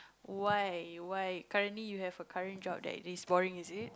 why why currently you have a current job that is super boring is it